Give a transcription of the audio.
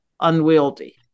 unwieldy